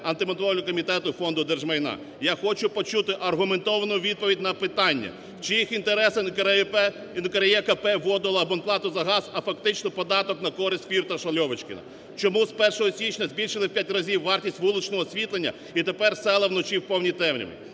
Антимонопольного комітету, Фонду держмайна. Я хочу почути аргументовану відповідь на питання, в чиїх інтересах НКРЕКП вводила абонплату на газ, а фактично податок на користь Фірташа, Льовочкіна? Чому з 1 січня збільшили в 5 разів вартість вуличного освітлення і тепер села вночі в повній темряві?